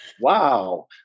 wow